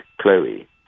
Chloe